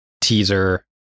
teaser